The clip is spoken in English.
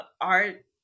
art